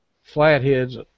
flatheads